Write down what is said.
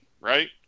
right